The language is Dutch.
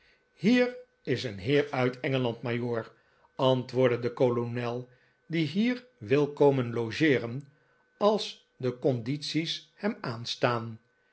hier is een heer uit engeland majoor antwoordde de kolonel die hier wil komen logeeren als de condities hem aanstaan